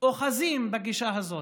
אוחזים בגישה הזאת,